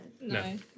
No